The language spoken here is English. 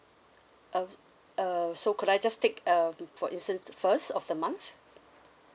uh uh so could I just take uh for instance first of the month